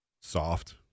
Soft